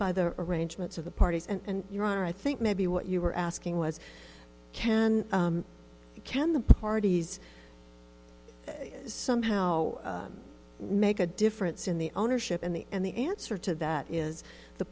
by the arrangements of the parties and your honor i think maybe what you were asking was can you can the parties somehow make a difference in the ownership and the and the answer to that is the